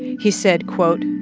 he said, quote,